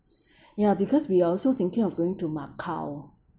ya because we also thinking of going to macau